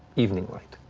evening light,